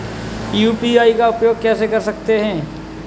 UPI का उपयोग कैसे कर सकते हैं?